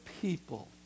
people